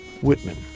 Whitman